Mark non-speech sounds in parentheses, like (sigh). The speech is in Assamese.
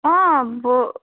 অঁ (unintelligible)